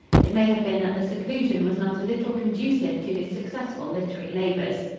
it may have been that the seclusion was not a little conducive to his successful literary labors.